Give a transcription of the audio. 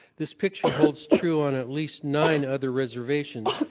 this picture holds true on at least nine other reservations,